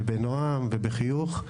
ובנועם ובחיוך.